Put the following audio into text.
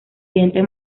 dientes